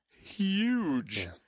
huge